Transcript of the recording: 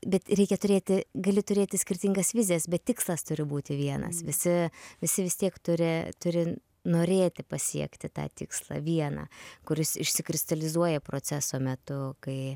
bet reikia turėti gali turėti skirtingas vizijas bet tikslas turi būti vienas visi visi vis tiek turi turi norėti pasiekti tą tikslą vieną kuris išsikristalizuoja proceso metu kai